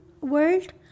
world